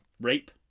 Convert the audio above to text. Rape